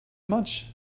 much